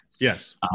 Yes